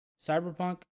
Cyberpunk